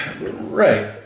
right